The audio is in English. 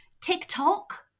TikTok